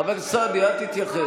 חבר הכנסת סעדי, אל תתייחס.